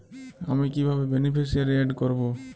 আমি কিভাবে beneficiary add করব?